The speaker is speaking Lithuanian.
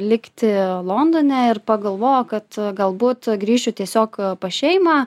likti londone ir pagalvojau kad galbūt grįšiu tiesiog pas šeimą